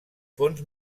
fons